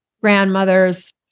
grandmother's